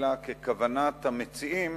אלא ככוונת המציעים,